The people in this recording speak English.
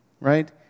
right